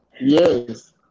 yes